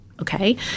Okay